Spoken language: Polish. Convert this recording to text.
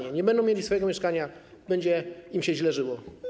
Jeśli nie będą mieli swojego mieszkania, to będzie im się źle żyło.